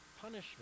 punishment